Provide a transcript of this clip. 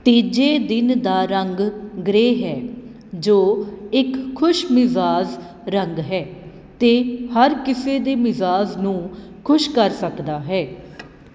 ਤੀਜੇ ਦਿਨ ਦਾ ਰੰਗ ਗ੍ਰੇ ਹੈ ਜੋ ਕਿ ਇੱਕ ਖ਼ੁਸ਼ਮਿਜ਼ਾਜ ਰੰਗ ਹੈ ਅਤੇ ਹਰ ਕਿਸੇ ਦੇ ਮਿਜ਼ਾਜ ਨੂੰ ਖੁਸ਼ ਕਰ ਸਕਦਾ ਹੈ